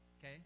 okay